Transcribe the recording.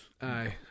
Aye